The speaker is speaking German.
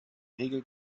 regel